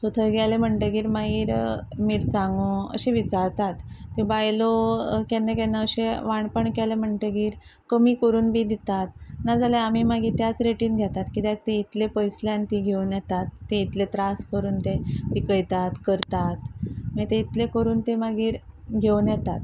so थंय गेले म्हणटगीर मागीर मिरसांगो अशें विचारतात बायलो केन्ना केन्ना अशे वांटपण केले म्हणटगीर कमी करून बी दितात नाजाल्यार आमी मागीर त्याच रेटीन घेतात कित्याक ती इतले पयसल्यान ती घेवन येतात ते इतले त्रास करून ते पिकयतात करतात मागीर ते इतले करून ते मागीर घेवन येतात